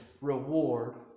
reward